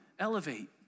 Elevate